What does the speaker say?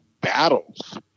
battles